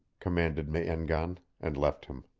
commanded me-en-gan, and left him.